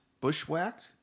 Bushwhacked